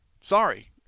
sorry